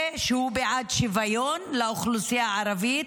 שהוא בעד שוויון לאוכלוסייה הערבית,